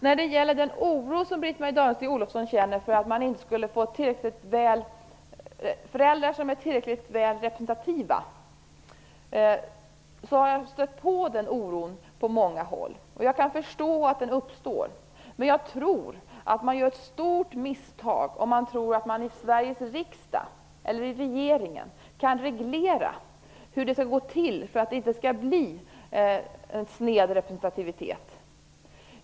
När det gäller den oro som Britt-Marie Danestig Olofsson känner för att man inte skulle få föräldrar som är tillräckligt väl representativa har jag stött på den oron på många håll. Jag kan förstå att den uppstår. Men man gör ett stort misstag om man tror att Sveriges riksdag eller regeringen kan reglera hur det skall gå till för att det inte skall bli en sned representativitet.